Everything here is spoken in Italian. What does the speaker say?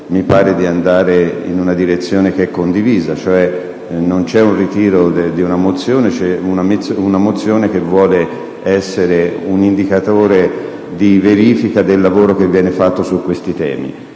mi pare vada in una direzione che è condivisa, cioè: non c'è il ritiro di una mozione, c'è una mozione che vuole essere un indicatore di verifica del lavoro che viene svolto su questi temi.